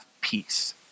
peace